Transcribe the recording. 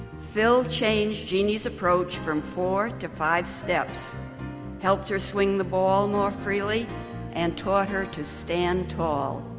phil changed jeanne's approach from four to five steps helped her swing the ball more freely and taught her to stand tall.